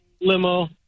limo